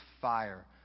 fire